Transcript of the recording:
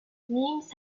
memes